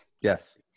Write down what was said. Yes